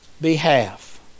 behalf